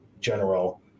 general